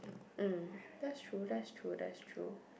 mm that's true that's true that's true